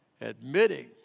admitting